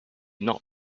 not